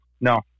No